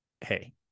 Hey